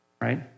Right